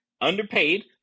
underpaid